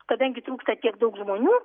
kadangi trūksta tiek daug žmonių